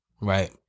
Right